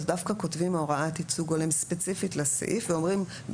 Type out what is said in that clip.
אז דווקא כותבים הוראת ייצוג הולם ספציפית לסעיף ואומרים,